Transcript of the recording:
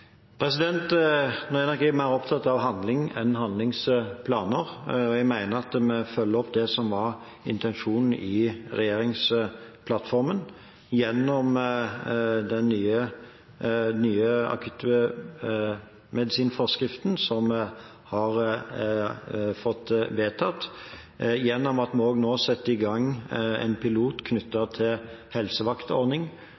er nok litt mer opptatt av handling enn av handlingsplaner. Jeg mener at vi følger opp det som var intensjonen i regjeringsplattformen gjennom den nye akuttmedisinforskriften, som vi har fått vedtatt. Gjennom at vi nå setter i gang en pilot